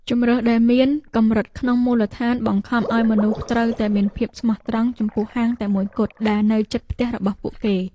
ជម្រើសដែលមានកម្រិតក្នុងមូលដ្ឋានបង្ខំឱ្យមនុស្សត្រូវតែមានភាពស្មោះត្រង់ចំពោះហាងតែមួយគត់ដែលនៅជិតផ្ទះរបស់ពួកគេ។